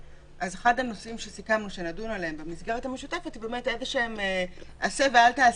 אחד הנושאים שסיכמנו שנדון עליהם במסגרת המשותפת זה עשה ואל תעשה,